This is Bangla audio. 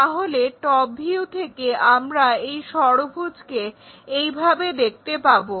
তাহলে টপ ভিউ থেকে আমরা এই ষড়ভূজকে এই ভাবে দেখতে পাবো